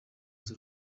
z’u